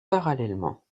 parallèlement